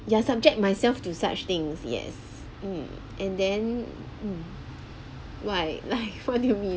ya subject myself to such things yes mm and then mm why like only me